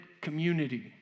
community